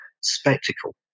spectacle